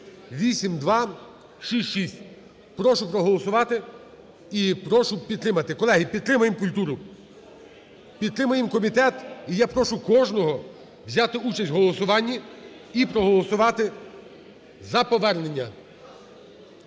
(8266). Прошу проголосувати і прошу підтримати. Колеги, підтримаємо культуру. Підтримаємо комітет. І я прошу кожного взяти участь в голосуванні і проголосувати за повернення.